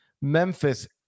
Memphis